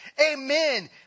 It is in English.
Amen